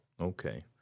Okay